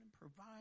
provide